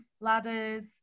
ladders